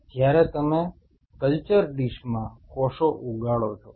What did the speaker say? જ્યારે તમે કલ્ચર ડીશમાં કોષો ઉગાડો છો